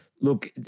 look